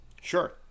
Sure